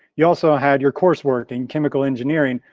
you also had your coursework in chemical engineering,